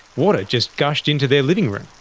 water just gushed into their living room.